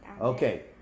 okay